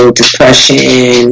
depression